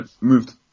moved